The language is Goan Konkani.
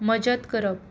मजत करप